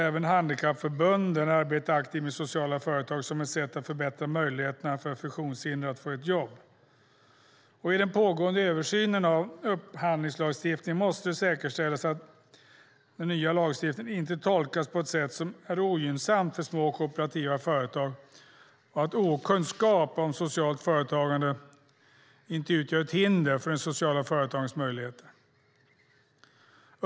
Även handikappförbunden arbetar aktivt med sociala företag som ett sätt att förbättra möjligheterna för funktionshindrade att få ett jobb. I den pågående översynen av upphandlingslagstiftningen måste det säkerställas att den nya lagstiftningen inte tolkas på ett sätt som är ogynnsamt för små kooperativa företag och att okunskap om socialt företagande inte utgör ett hinder för de sociala företagens möjligheter.